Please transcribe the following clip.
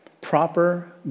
proper